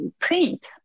print